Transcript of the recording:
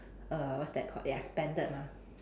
err what's that called it expanded mah